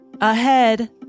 ahead